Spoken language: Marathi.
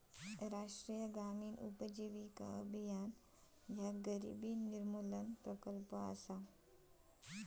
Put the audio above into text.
राष्ट्रीय ग्रामीण उपजीविका अभियान ह्या गरिबी निर्मूलन प्रकल्प असा